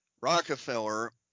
rockefeller